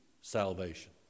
salvation